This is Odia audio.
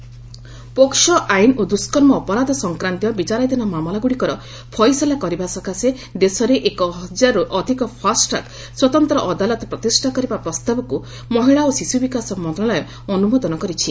ଫାଷ୍ଟ ଟ୍ରାକ୍ ପୋକ୍ସ ଆଇନ ଓ ଦୁଷ୍କର୍ମ ଅପରାଧ ସଂକ୍ରାନ୍ତୀୟ ବିଚାରଧୀନ ମାମଲାଗ୍ରଡିକର ଫଇସଲା କରିବା ସକାଶେ ଦେଶରେ ଏକ ହଜାରର୍ ଅଧିକ ଫାଷ୍ଟ ଟ୍ରାକ ସ୍ୱତନ୍ତ୍ର ଅଦାଲତ ପ୍ରତିଷ୍ଠା କରିବା ପ୍ରସ୍ତାବକୁ ମହିଳା ଓ ଶିଶୁବିକାଶ ମନ୍ତ୍ରଣାଳୟ ଅନୁମୋଦନ କରିଛି